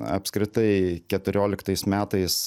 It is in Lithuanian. apskritai keturioliktais metais